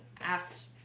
asked